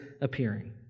appearing